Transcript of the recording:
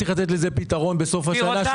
צריך לתת לזה פתרון בסוף השנה,